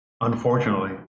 unfortunately